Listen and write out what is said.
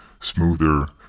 smoother